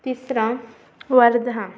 तिसरा वर्धा